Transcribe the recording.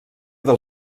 del